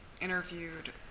interviewed